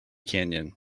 canyon